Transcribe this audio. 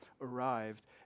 arrived